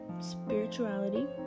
spirituality